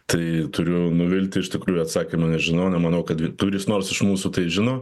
tai turiu nuvilti iš tikrųjų atsakymo nežinau nemanau kad kuris nors iš mūsų tai žino